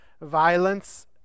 violence